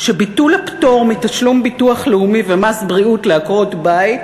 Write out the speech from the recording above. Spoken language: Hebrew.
שביטול הפטור מתשלום ביטוח לאומי ומס בריאות לעקרות-בית